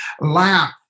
Laugh